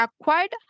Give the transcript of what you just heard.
acquired